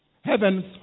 Heavens